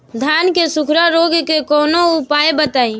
धान के सुखड़ा रोग के कौनोउपाय बताई?